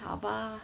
好吧